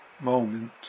moment